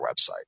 website